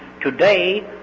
Today